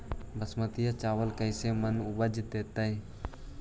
बासमती चावल कैसे मन उपज देतै?